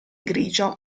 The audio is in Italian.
grigio